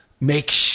make